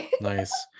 nice